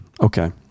okay